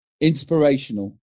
inspirational